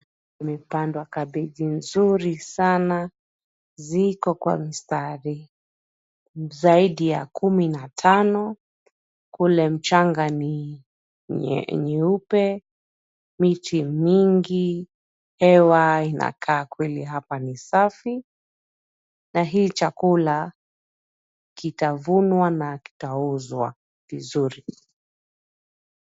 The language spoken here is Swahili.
Kumepandwa kabeji nzuri sana, ziko kwa mistari zaidi ya kumi na tano, kule mchanga ni nyeupe, miti mingi, hewa inakaa kweli hapa ni safi na hii chakula kitavunwa na kitauzwa vizuri.